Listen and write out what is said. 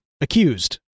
accused